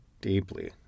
deeply